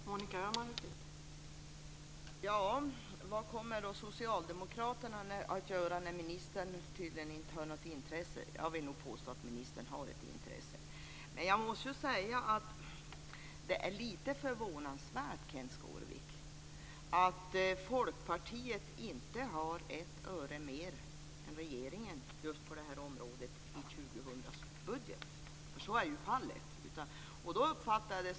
Fru talman! Vad kommer socialdemokraterna att göra när ministern tydligen inte har något intresse? Jag vill nog påstå att ministern har ett intresse. Men jag måste säga att det är lite förvånansvärt, Kenth Skårvik, att Folkpartiet inte anslår ett öre mer än regeringen just på detta område i budgeten för 2000. Så är ju fallet.